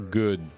good